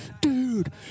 Dude